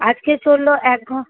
আজকে চলল এক